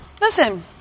Listen